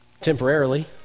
temporarily